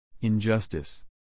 Injustice